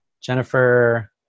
Jennifer